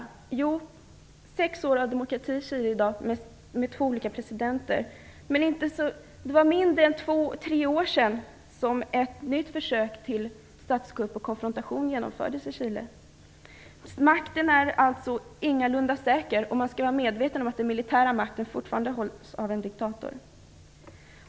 Det har varit sex år av demokrati i Chile, under två olika presidenter, men för mindre än tre år sedan genomfördes ett nytt försök till statskupp och konfrontation i Chile. Makten är alltså ingalunda säker, och man bör vara medveten om att den militära makten fortfarande hålls av en diktator.